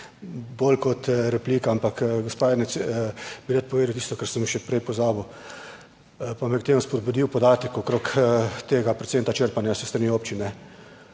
bolj kot replika, ampak gospa ni, bi ji rad povedal tisto, kar sem še prej pozabil, pa me je k temu spodbudil podatek okrog tega procenta črpanja s strani občine.